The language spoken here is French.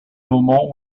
moment